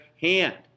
hand